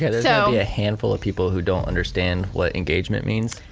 yeah so a handful of people who don't understand what engagement means.